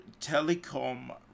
telecom